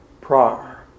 prior